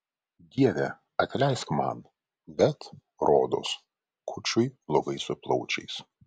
dieve atleisk man bet rodos kučui blogai su plaučiais